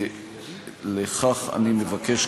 ולכך אני מבקש,